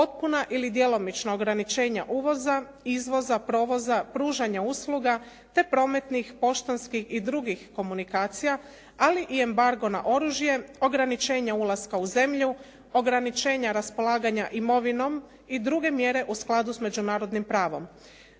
potpuna ili djelomična ograničenja uvoza, izvoza, provoza, pružanja usluga te prometnih, poštanskih i drugih komunikacija, ali i embargo na oružje, ograničenje ulaska u zemlju, ograničenja raspolaganja imovinom i druge mjere u skladu s međunarodnim pravom.